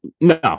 no